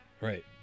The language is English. Right